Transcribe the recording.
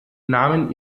nahmen